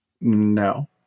No